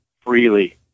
freely